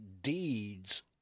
deeds